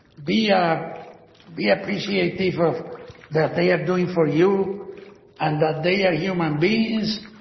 be ah be appreciative of that they are doing for you and that they are human beings.